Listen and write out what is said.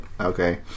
Okay